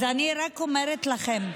אז אני רק אומרת לכם,